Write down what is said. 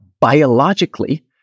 biologically